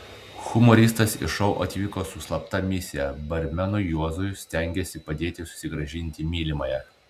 humoristas į šou atvyko su slapta misija barmenui juozui stengėsi padėti susigrąžinti mylimąją